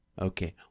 okay